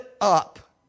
up